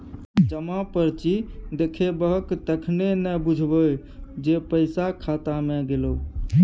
जमा पर्ची देखेबहक तखने न बुझबौ जे पैसा खाता मे गेलौ